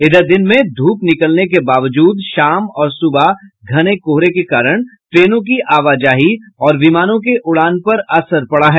इधर दिन में धूप निकलने के बावजूद शाम और सुबह घने कोहरे के कारण ट्रेनों की आवाजाही और विमानों के उड़ान पर असर पड़ा है